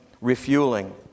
refueling